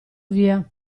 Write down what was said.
via